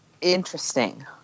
interesting